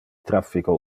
traffico